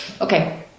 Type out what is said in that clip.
okay